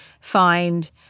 find